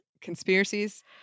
Conspiracies